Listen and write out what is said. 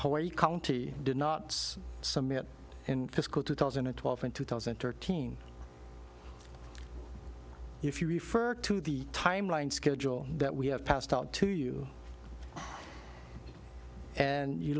horry county did not summit in fiscal two thousand and twelve and two thousand and thirteen if you refer to the timeline schedule that we have passed out to you and you